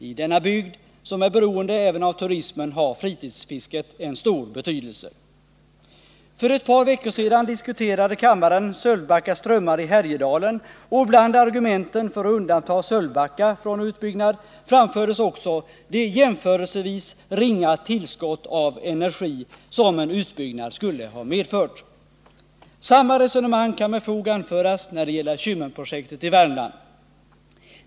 I denna bygd, som är beroende även av turismen, har fritidsfisket en stor betydelse. För ett par veckor sedan diskuterade kammaren Sölvbacka strömmar i Härjedalen, och bland argumenten för att undanta Sölvbacka från utbyggnad framfördes också det jämförelsevis ringa tillskott av energi som en utbyggnad skulle ha medfört. Samma resonemang kan med fog anföras när det gäller Kymmenprojektet i Värmland.